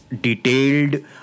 detailed